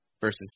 versus